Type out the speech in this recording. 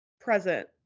Present